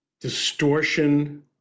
distortion